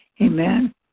Amen